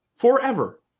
forever